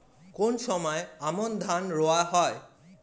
কোন সময় আমন ধান রোয়া হয়?